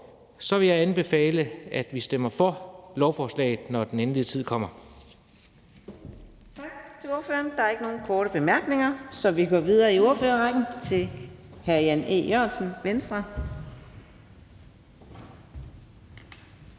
ord vil jeg anbefale, at vi stemmer for lovforslaget, når den endelige tid kommer.